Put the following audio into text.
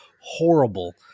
horrible